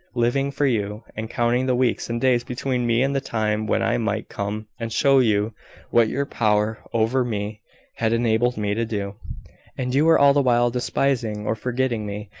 living for you, and counting the weeks and days between me and the time when i might come and show you what your power over me had enabled me to do and you were all the while despising or forgetting me,